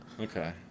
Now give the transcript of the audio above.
Okay